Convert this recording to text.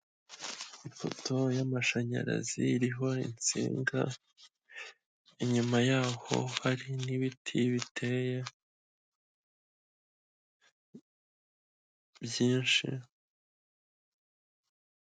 Ipoto y'amashanyarazi iriho insinga, inyuma yaho hari n'ibiti biteye byinshi.